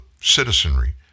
citizenry